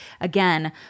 Again